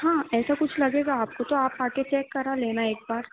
हाँ ऐसा कुछ लगेगा आपको तो आ कर चेक करा लेना एक बार